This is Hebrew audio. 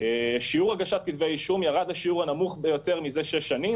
שיעור הגשת כתבי אישום ירד לשיעור הנמוך ביותר מזה שש שנים,